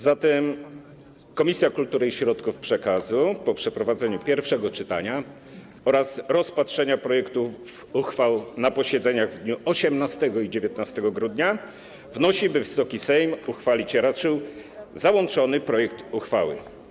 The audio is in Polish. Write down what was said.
Zatem Komisja Kultury i Środków Przekazu po przeprowadzeniu pierwszego czytania oraz rozpatrzeniu projektów uchwał na posiedzeniach w dniach 18 i 19 grudnia wnosi, by Wysoki Sejm uchwalić raczył załączony projekt uchwały.